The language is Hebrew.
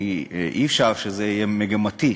כי אי-אפשר שזה יהיה מגמתי,